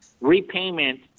repayment